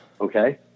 Okay